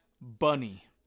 Bunny